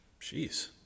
jeez